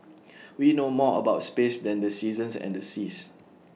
we know more about space than the seasons and the seas